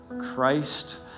Christ